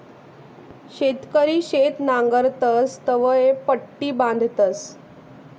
शेतकरी शेत नांगरतस तवंय पट्टी बांधतस